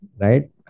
right